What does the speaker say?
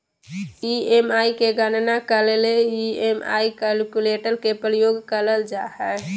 EMI के गणना करे ले ई.एम.आई कैलकुलेटर के प्रयोग करल जा हय